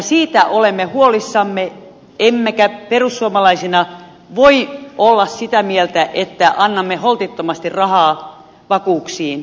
siitä olemme huolissamme emmekä perussuomalaisina voi olla sitä mieltä että annamme holtittomasti rahaa vakuuksiin